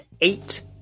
eight